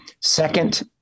Second